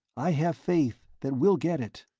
i have faith that we'll get it!